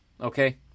Okay